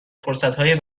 فرصتهای